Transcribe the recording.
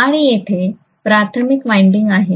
आणि येथे प्राथमिक वाइंडिंग आहे